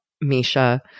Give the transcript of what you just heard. Misha